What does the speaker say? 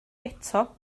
eto